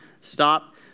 stop